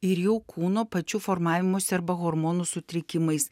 ir jau kūno pačiu formavimosi arba hormonų sutrikimais